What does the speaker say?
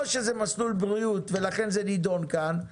או שזה מסלול בריאות ולכן זה נדון כאן,